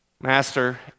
Master